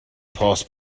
post